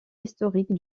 historique